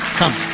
come